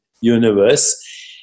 universe